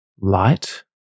light